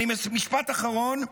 משפט אחרון.